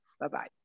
Bye-bye